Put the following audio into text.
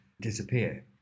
disappear